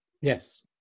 Yes